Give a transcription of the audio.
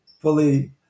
fully